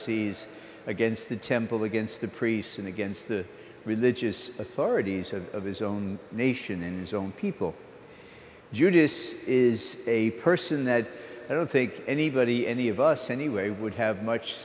pharisees against the temple against the priests and against the religious authorities of his own nation in his own people judy this is a person that i don't think anybody any of us anyway would have much